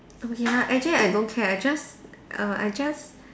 oh ya actually I don't care I just err I just